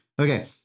Okay